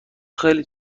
خیلی